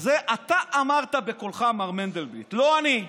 את זה אתה אמרת בקולך, מר מנדלבליט, לא אני.